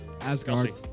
Asgard